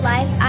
Life